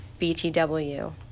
btw